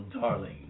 darling